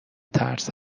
ترس